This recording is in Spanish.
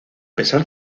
pesar